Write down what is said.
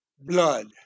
Blood